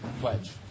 pledge